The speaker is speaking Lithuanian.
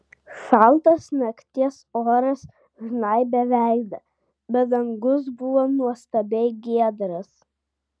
šaltas nakties oras žnaibė veidą bet dangus buvo nuostabiai giedras